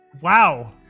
Wow